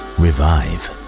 revive